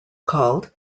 called